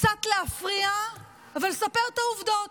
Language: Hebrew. קצת להפריע ולספר את העובדות.